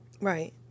Right